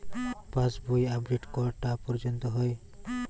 পাশ বই আপডেট কটা পর্যন্ত হয়?